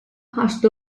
hast